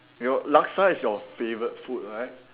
your laksa is your favourite food right